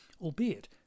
albeit